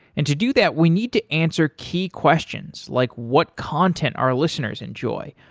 and to do that we need to answer key questions, like what content our listeners enjoy?